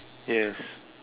yes